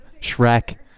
Shrek